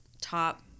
top